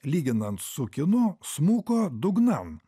lyginant su kinu smuko dugnan